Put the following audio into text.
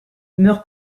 meurt